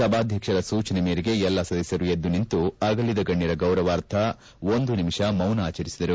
ಸಭಾಧ್ಯಕ್ಷರ ಸೂಚನೆ ಮೇರೆಗೆ ಎಲ್ಲ ಸದಸ್ಕರು ಎದ್ದು ನಿಂತು ಅಗಲಿದ ಗಣ್ಯರ ಗೌರವಾರ್ಥಒಂದು ನಿಮಿಷ ಮೌನ ಆಚರಿಸಿದರು